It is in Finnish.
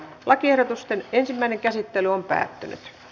lakiehdotusten ensimmäinen käsittely päättyi